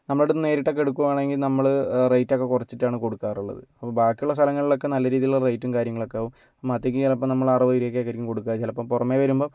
നമ്മളുടെയടുത്തുനിന്ന് നേരിട്ടൊക്കെ എടുക്കുകയാണെങ്കിൽ നമ്മൾ റേറ്റൊക്കെ കുറച്ചിട്ടാണ് കൊടുക്കാറുള്ളത് അപ്പോൾ ബാക്കിയുള്ള സ്ഥലങ്ങളൊക്കെ നല്ല രീതിയിലുള്ള റേറ്റും കാര്യങ്ങളൊക്കെ ആകും അപ്പം മത്തിക്ക് ചിലപ്പം നമ്മൾ അറുപത് രൂപക്കൊക്കെ ആയിരിക്കും കൊടുക്കുക ചിലപ്പം പുറമേ വരുമ്പം